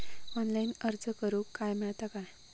Online अर्ज करूक मेलता काय?